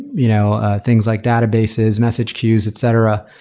you know ah things like databases, message queues, etc.